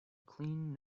clean